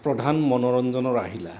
প্ৰধান মনোৰঞ্জনৰ আহিলা